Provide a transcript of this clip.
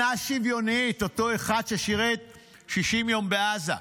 אותו אחד ששירת 60 יום בעזה,